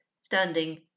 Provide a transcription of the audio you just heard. standing